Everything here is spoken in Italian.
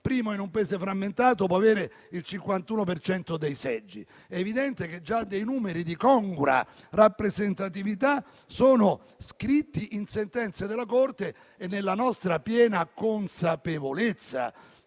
primo in un Paese frammentato può avere il 51 per cento dei seggi. È evidente che numeri di congrua rappresentatività sono già scritti in sentenze della Corte e nella nostra piena consapevolezza